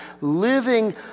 living